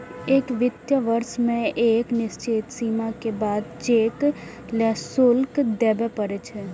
एक वित्तीय वर्ष मे एक निश्चित सीमा के बाद चेक लेल शुल्क देबय पड़ै छै